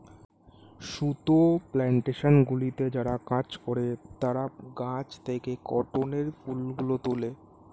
সুতো প্ল্যানটেশনগুলিতে যারা কাজ করে তারা গাছ থেকে কটনের ফুলগুলো তোলে